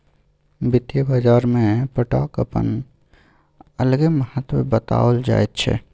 वित्तीय बाजारमे पट्टाक अपन अलगे महत्व बताओल जाइत छै